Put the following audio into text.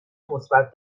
مثبت